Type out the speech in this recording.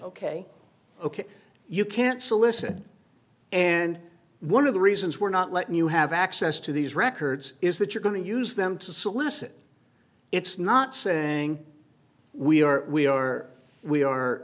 ok ok you can't solicit and one of the reasons we're not letting you have access to these records is that you're going to use them to solicit it's not saying we are we are we are